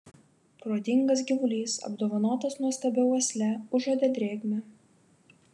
protingas gyvulys apdovanotas nuostabia uosle užuodė drėgmę